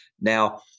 Now